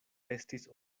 estis